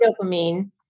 dopamine